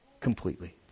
completely